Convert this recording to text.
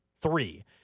three